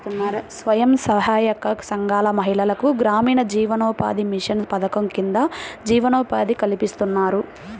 స్వయం సహాయక సంఘాల మహిళలకు గ్రామీణ జీవనోపాధి మిషన్ పథకం కింద జీవనోపాధి కల్పిస్తున్నారు